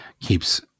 keeps